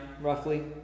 roughly